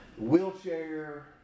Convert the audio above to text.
wheelchair